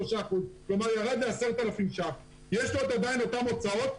כלומר ירד לו ל-10,000 ש"ח ויש לו עדיין את אותן הוצאות,